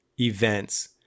events